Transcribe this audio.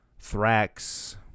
Thrax